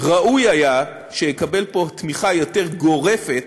ראוי היה שיקבל פה תמיכה יותר גורפת